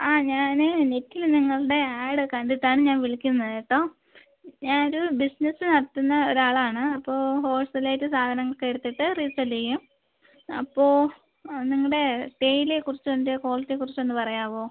ആ ഞാനേയ് നെറ്റിൽ നിങ്ങളുടെ ആഡ് കണ്ടിട്ടാണ് ഞാൻ വിളിക്കുന്നത് കേട്ടോ ഞാനൊരു ബിസിനസ്സ് നടത്തുന്ന ഒരാളാണ് അപ്പോൾ ഹോൾസേലായിട്ട് സാധനങ്ങളൊക്കെ എടുത്തിട്ട് റീസെല്ല് ചെയ്യും അപ്പോൾ നിങ്ങളുടെ തേയിലയെക്കുറിച്ചും അതിൻ്റെ ക്വാളിറ്റിയെ കുറിച്ചുമൊന്ന് പറയാമോ